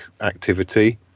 activity